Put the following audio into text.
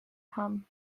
haben